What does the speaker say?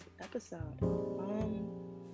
episode